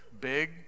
big